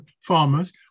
farmers